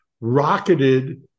rocketed